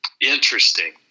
Interesting